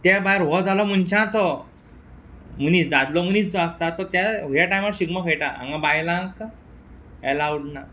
ते भायर हो जालो मनशांचो मनीस दादलो मनीस जो आसता तो त्या हे टायमार शिगमो खेळटा हांगा बायलांक एलावड णा